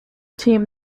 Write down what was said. team